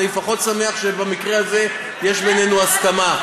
אני לפחות שמח שבמקרה הזה יש בינינו הסכמה.